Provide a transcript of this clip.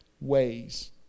ways